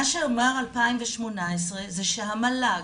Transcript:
מה שאומר 2018 זה שהמל"ג,